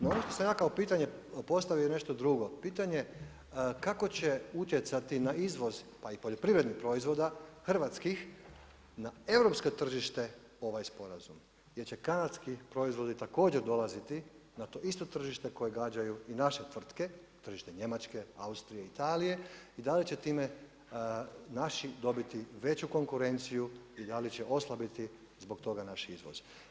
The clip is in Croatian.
No ono što sam ja kao čitanje postavio je nešto drugo, pitanje kako će utjecati na izvoz pa i poljoprivrednih proizvoda hrvatskih na europsko tržište ovaj sporazum, jer će kanadski proizvodi također dolaziti na to isto tržište koje gađaju i naše tvrtke – tržište Njemačke, Austrije, Italije i da li će time naši dobiti veću konkurenciju i da li će oslabiti zbog toga naš izvoz.